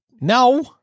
No